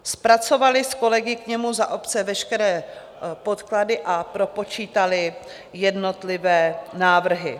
Zpracovali s kolegy k němu za obce veškeré podklady a propočítali jednotlivé návrhy.